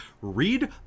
Read